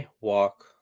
walk